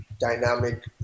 dynamic